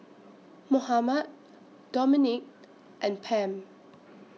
Mohamed Dominique and Pam